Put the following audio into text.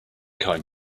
kind